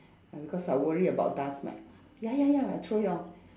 I because I worry about dust mite ya ya ya I throw it out